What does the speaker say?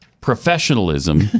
professionalism